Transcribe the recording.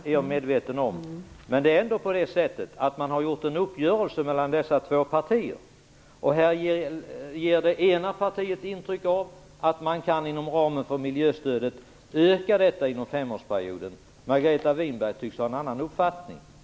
Fru talman! Det är jag medveten om. Man har gjort en uppgörelse mellan dessa två partier. Här ger det ena partiet intryck av att man inom ramen för miljöstödet kan öka detta inom en femårsperiod. Margareta Winberg tycks ha en annan uppfattning.